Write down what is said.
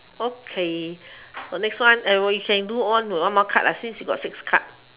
okay so next one we can do on one more card I see she got six card